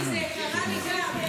אתי, אתי, זה קרה גם לי.